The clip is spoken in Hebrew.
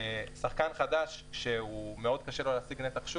ושחקן חדש שמאוד קשה לו להשיג נתח שוק,